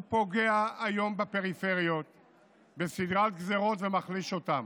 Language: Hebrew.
הוא פוגע היום בפריפריות בסדרת גזרות ומחליש אותן.